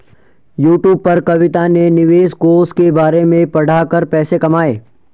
YouTube पर कविता ने निवेश कोष के बारे में पढ़ा कर पैसे कमाए